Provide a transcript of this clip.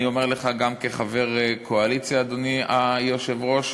אני אומר לך גם כחבר קואליציה, אדוני היושב-ראש,